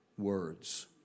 words